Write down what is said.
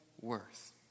worth